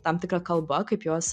tam tikra kalba kaip juos